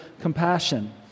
compassion